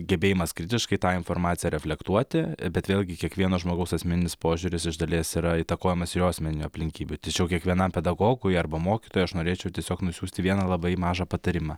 gebėjimas kritiškai tą informaciją reflektuoti bet vėlgi kiekvieno žmogaus asmeninis požiūris iš dalies yra įtakojamas ir jo asmeninių aplinkybių tačiau kiekvienam pedagogui arba mokytojui aš norėčiau tiesiog nusiųsti vieną labai mažą patarimą